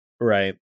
Right